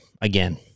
Again